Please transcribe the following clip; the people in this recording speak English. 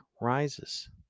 rises